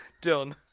Done